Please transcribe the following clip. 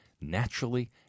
naturally